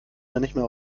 leider